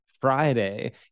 Friday